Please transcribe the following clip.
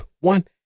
one